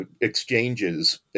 exchanges